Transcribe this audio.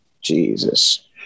Jesus